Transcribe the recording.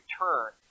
return